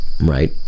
right